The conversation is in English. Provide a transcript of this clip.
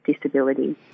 Disability